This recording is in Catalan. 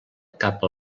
cap